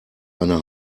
eine